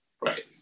right